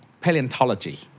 Paleontology